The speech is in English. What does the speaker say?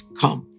come